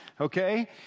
okay